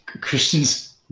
Christians